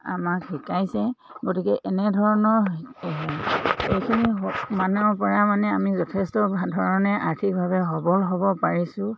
আমাক শিকাইছে গতিকে এনেধৰণৰ এইখিনি মানৰ পৰা মানে আমি যথেষ্ট ধৰণে আৰ্থিকভাৱে সবল হ'ব পাৰিছোঁ